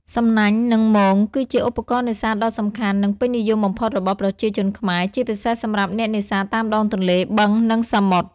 សំណាញ់ និង មង គឺជាឧបករណ៍នេសាទដ៏សំខាន់ និងពេញនិយមបំផុតរបស់ប្រជាជនខ្មែរ ជាពិសេសសម្រាប់អ្នកនេសាទតាមដងទន្លេ បឹង និងសមុទ្រ។